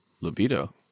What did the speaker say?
libido